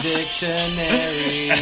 Dictionary